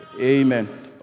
amen